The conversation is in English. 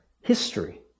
history